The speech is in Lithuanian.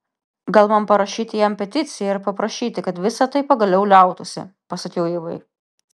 gal man parašyti jam peticiją ir paprašyti kad visa tai pagaliau liautųsi pasakiau ivai